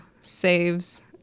saves